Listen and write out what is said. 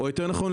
או יותר נכון,